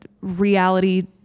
reality